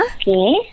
okay